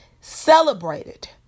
celebrated